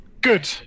Good